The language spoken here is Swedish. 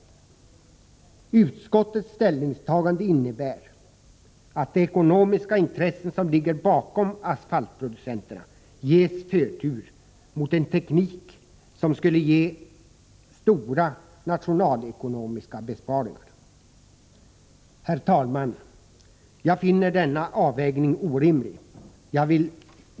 Utskottets ställningstagande innebär att de ekonomiska intressen som ligger bakom asfaltproducenterna ges förtur framför en teknik som skulle ge stora nationalekonomiska besparingar. Herr talman! Jag finner denna avvägning orimlig.